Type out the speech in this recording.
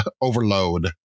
overload